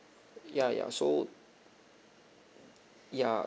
ya ya so ya